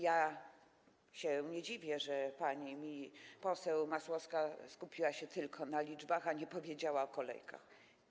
Ja się nie dziwię, że pani poseł Masłowska skupiła się tylko na liczbach, a nie powiedziała o kolejkach.